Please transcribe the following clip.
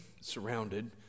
surrounded